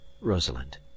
rosalind